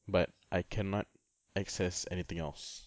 but I cannot access anything else